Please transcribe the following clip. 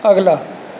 ਅਗਲਾ